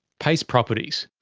payce properties.